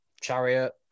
Chariot